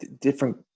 different